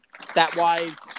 stat-wise